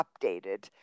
updated